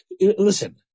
Listen